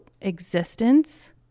existence